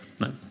No